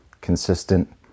consistent